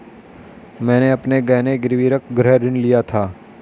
मैंने अपने गहने गिरवी रखकर गृह ऋण लिया था